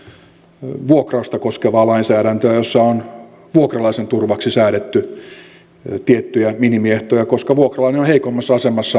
onhan meillä myös vuokrausta koskevaa lainsäädäntöä jossa on vuokralaisen turvaksi säädetty tiettyjä minimiehtoja koska vuokralainen on heikommassa asemassa kuin vuokranantaja